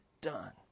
done